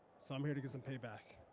so i'm here to get some payback.